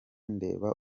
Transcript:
ndeba